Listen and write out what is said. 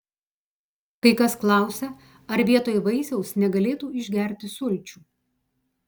kai kas klausia ar vietoj vaisiaus negalėtų išgerti sulčių